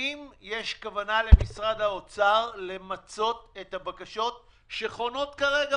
האם יש כוונה למשרד האוצר למצות את הבקשות שחונות כרגע